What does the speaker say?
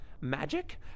Magic